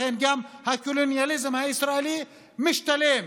לכן גם הקולוניאליזם הישראלי משתלם,